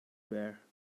bear